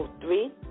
three